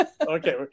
okay